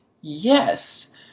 Yes